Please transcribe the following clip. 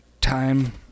time